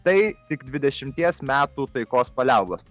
tai tik dvidešimties metų taikos paliaubos